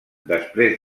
després